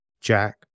Jack